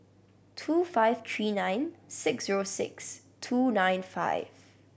two five three nine six zero six two nine five